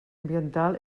ambiental